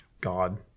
God